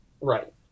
Right